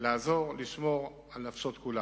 לעזור לשמור על נפשות כולם.